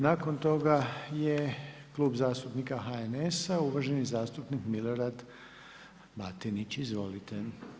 Nakon toga je Klub zastupnika HNS-a uvaženi zastupnik Milorad Batinić, izvolite.